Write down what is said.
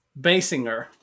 Basinger